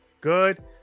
good